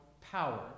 power